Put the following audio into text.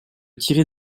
tirer